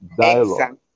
dialogue